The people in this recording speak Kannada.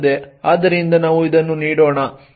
ಆದ್ದರಿಂದ ನಾವು ಇದನ್ನು ನೀಡೋಣ